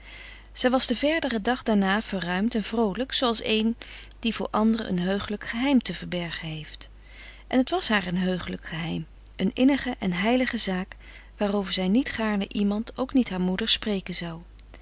zij was den verderen dag daarna verruimd en vroolijk zooals een die voor anderen een heuchelijk geheim te verbergen heeft en het was haar een heuchelijk geheim een innige en heilige zaak waarover zij niet gaarne iemand ook niet haar moeder spreken zou